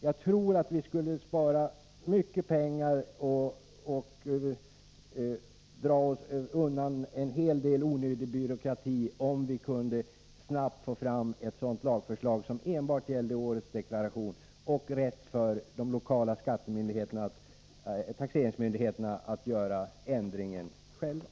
Jag tror att vi skulle spara mycket pengar och komma undan en hel del onödig byråkrati, om vi snabbt kunde få fram ett sådant lagförslag som enbart gällde årets deklarationer och rätten för de lokala taxeringsmyndigheterna att själva göra denna ändring.